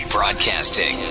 Broadcasting